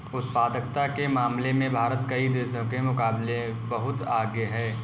उत्पादकता के मामले में भारत कई देशों के मुकाबले बहुत आगे है